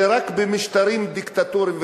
זה רק במשטרים דיקטטוריים,